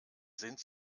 sind